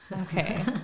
okay